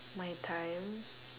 my time